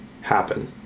happen